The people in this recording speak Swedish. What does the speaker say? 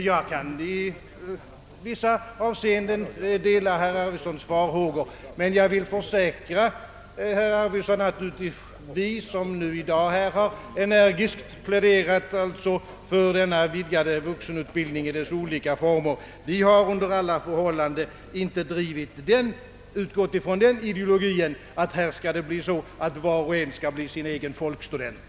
Jag kan i vissa avseenden dela herr Arvidsons farhågor, men jag vill försäkra herr Arvidson, att vi som nu i dag här energiskt har pläderat för vidgad vuxenutbildning i dess olika former, under alla förhållanden inte har utgått från den ideologin, att det här skall bli så, att var och en skall bli sin egen folkstudent.